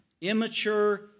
immature